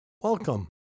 welcome